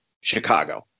Chicago